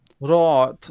right